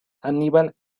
aníbal